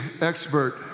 expert